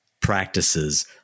practices